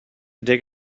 dig